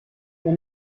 der